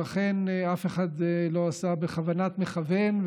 ולכן אף אחד לא עשה בכוונת מכוון,